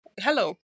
hello